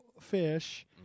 fish